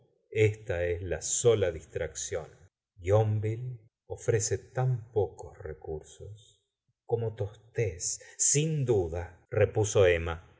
esta es la sola distracción yonville ofrece tan pocos recursos como tostes sin duda repuso emma